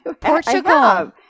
Portugal